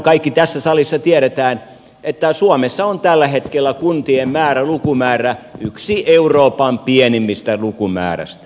kaikki tässä salissa tietävät että suomessa on tällä hetkellä kuntien lukumäärä yksi euroopan pienimmistä lukumääristä